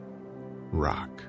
rock